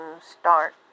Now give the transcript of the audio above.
start